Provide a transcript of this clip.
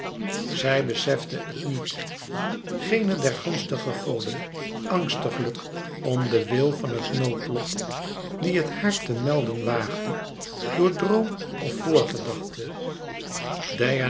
zij besefte het niet geene der gunstige goden angstiglijk om den wil van het noodlot die het haar te melden waagde door droom of